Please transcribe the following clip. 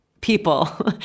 people